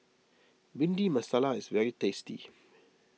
Bhindi Masala is very tasty